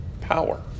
power